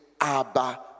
Abba